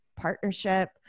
partnership